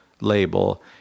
label